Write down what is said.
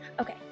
Okay